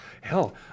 Hell